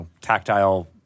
tactile